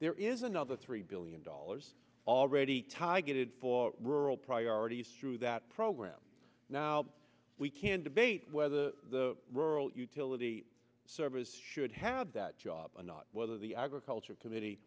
there is another three billion dollars already tie good for rural priorities through that program now we can debate whether the rural utility service should have that job and whether the agriculture committee